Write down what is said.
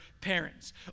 parents